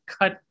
cut